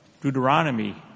Deuteronomy